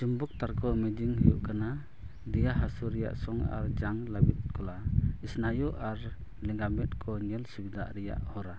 ᱪᱩᱢᱵᱚᱠ ᱛᱟᱨᱠᱚ ᱤᱢᱮᱡᱤᱝ ᱦᱩᱭᱩᱜ ᱠᱟᱱᱟ ᱫᱮᱭᱟ ᱦᱟᱥᱩ ᱨᱮᱭᱟᱜ ᱥᱚᱝ ᱟᱨ ᱡᱟᱝ ᱞᱟᱵᱤᱫ ᱠᱳᱞᱟ ᱥᱱᱟᱭᱩ ᱟᱨ ᱞᱮᱸᱜᱟ ᱢᱮᱫ ᱠᱚ ᱧᱮᱞ ᱥᱩᱵᱤᱫᱷᱟ ᱨᱮᱱᱟᱜ ᱦᱚᱨᱟ